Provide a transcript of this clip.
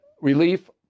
relief